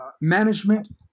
management